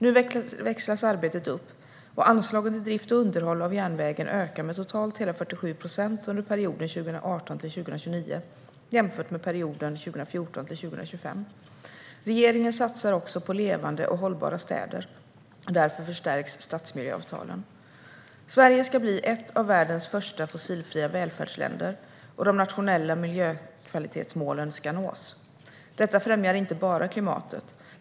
Nu växlas arbetet upp, och anslaget till drift och underhåll av järnvägen ökar med totalt hela 47 procent under perioden 2018-2029 jämfört med perioden 2014-2025. Regeringen satsar också på levande och hållbara städer. Därför förstärks stadsmiljöavtalen. Sverige ska bli ett av världens första fossilfria välfärdsländer, och de nationella miljökvalitetsmålen ska nås. Detta främjar inte bara klimatet.